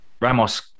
Ramos